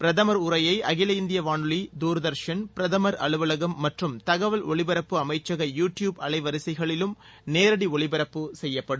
பிரதமர் உரையை அகில இந்திய வானொலி தூர்தர்ஷன் பிரதமர் அலுவலகம் மற்றும் தகவல் ஒலிபரப்பு அமைச்சக யூ டியூப் அலைவரிசைகளிலும் நேரடி ஒலிபரப்பு செய்யப்படும்